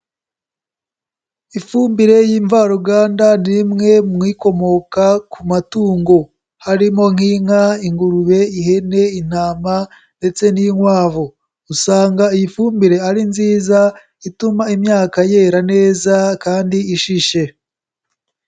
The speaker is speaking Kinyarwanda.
Ifumbire y'ivaruganda ni imwe mu ikomoka ku matungo, harimo nk'inka, ingurube, ihene, intama ndetse n'inkwavu, usanga iyi fumbire ari nziza, ituma imyaka yera neza kandi ishishe.